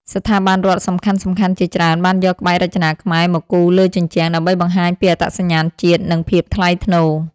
ស្ថាប័នរដ្ឋសំខាន់ៗជាច្រើនបានយកក្បាច់រចនាខ្មែរមកគូរលើជញ្ជាំង ដើម្បីបង្ហាញពីអត្តសញ្ញាណជាតិ និងភាពថ្លៃថ្នូរ។